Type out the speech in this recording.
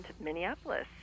Minneapolis